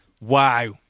Wow